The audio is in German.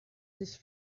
sich